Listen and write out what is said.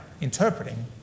interpreting